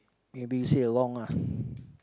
maybe you say a wrong ah